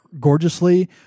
gorgeously